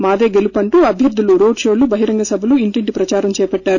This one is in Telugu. మాదే గెలుపంటా అభ్వర్దులు రోడ్షోలు టహిరంగ సభలు ఇంటింటి ప్రదారం చేపట్టారు